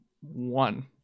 one